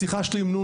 בשיחה שלי עם נ',